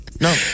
No